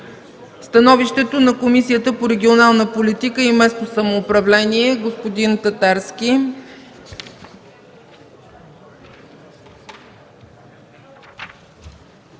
доклада на Комисията по регионална политика и местно самоуправление. Господин Татарски,